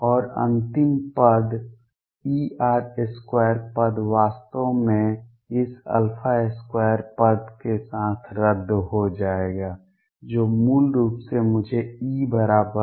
और अंतिम पद E r2 पद वास्तव में इस 2 पद के साथ रद्द हो जाएगा जो मूल रूप से मुझे E बराबर